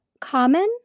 common